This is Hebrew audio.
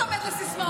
אל תיצמד לסיסמאות.